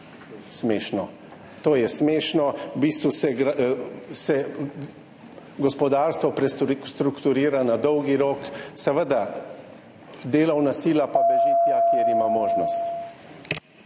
smešno. To je smešno. V bistvu se gospodarstvo prestrukturira na dolgi rok. Seveda, delovna sila pa beži tja, kjer ima možnost.